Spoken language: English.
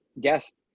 guest